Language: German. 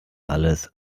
alles